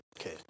Okay